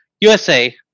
USA